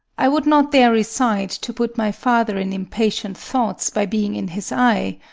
i would not there reside, to put my father in impatient thoughts, by being in his eye.